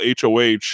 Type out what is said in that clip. HOH